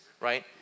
right